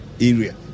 area